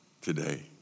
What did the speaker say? today